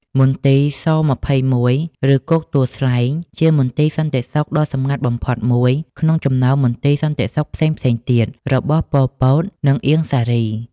មន្ទីរ ស-២១ ឬគុកទួលស្លែង ជាមន្ទីរសន្តិសុខដ៏សម្ងាត់បំផុតមួយក្នុងចំណោមមន្ទីរសន្តិសុខផ្សេងៗទៀតរបស់ ប៉ុល ពត និង អៀង សារី។